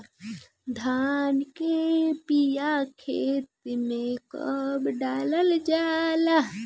धान के बिया खेत में कब डालल जाला?